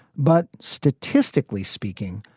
but statistically speaking,